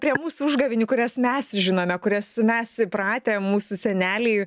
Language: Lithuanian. prie mūsų užgavėnių kurias mes žinome kurias mes įpratę mūsų seneliai